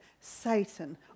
Satan